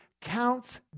counts